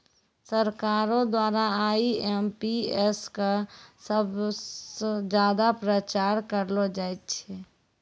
सरकारो द्वारा आई.एम.पी.एस क सबस ज्यादा प्रचार करलो जाय छै